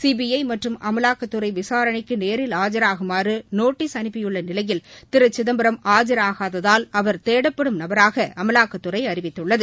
CBI மற்றும் அமலாக்கத்துறை விசாரணைக்கு நேரில் ஆஜராகுமாறு நோட்டீஸ் அனுப்பியுள்ள நிலையில் திரு சிதம்பரம் ஆஜராகாததால் அவர் தேடப்படும் நபராக அமலாக்கத்துறை அறிவித்துள்ளது